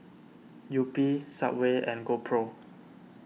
Yupi Subway and GoPro